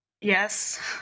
Yes